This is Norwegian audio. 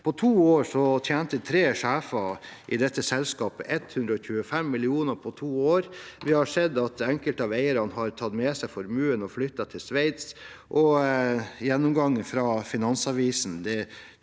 På to år tjente tre sjefer i dette selskapet 125 mill. kr. Vi har sett at enkelte av eierne har tatt med seg formuen og flyttet til Sveits. En gjennomgang fra Finansavisen